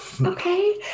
okay